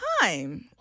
time